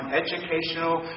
educational